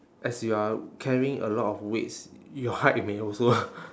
as you are carrying a lot of weights your height may also